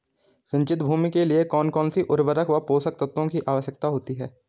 सिंचित भूमि के लिए कौन सी उर्वरक व पोषक तत्वों की आवश्यकता होती है?